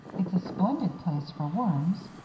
it's a splendid place for worms.